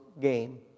game